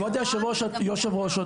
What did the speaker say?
כבוד יושבת הראש,